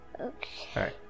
Okay